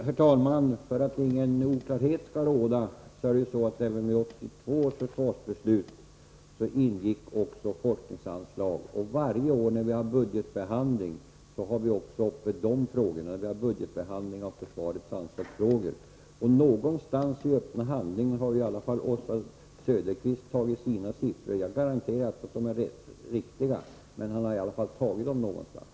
Herr talman! För att ingen oklarhet skall råda vill jag nämna att forskningsanslagen ingick även i 1982 års försvarsbeslut, och varje år när vi behandlar försvarets anslagsfrågor har vi också forskningsfrågorna uppe. Någonstans i öppna handlingar har Oswald Söderqvist tagit sina siffror. Jag garanterar inte att de är riktiga, men han har i alla fall tagit dem någonstans.